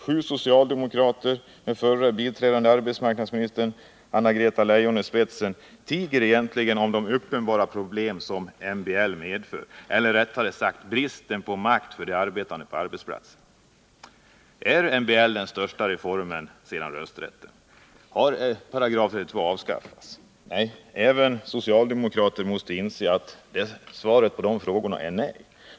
Sju socialdemokrater med förra biträdande arbetsmarknadsministern Anna-Greta Leijon i spetsen tiger om de uppenbara problem som MBL egentligen medför — eller rättare sagt bristen på makt för de arbetande på arbetsplatsen. Är MBL den största reformen sedan införandet av den allmänna rösträtten? Har § 32 avskaffats? Även socialdemokrater måste inse att svaret på dessa frågor är nej.